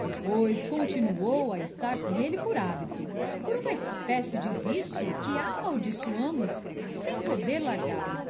depois continuou a estar com ele por hábito por uma espécie de vicio que amaldiçoamos sem poder largá lo